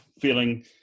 feeling